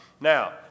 Now